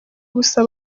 gusa